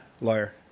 lawyer